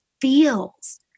feels